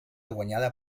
guanyada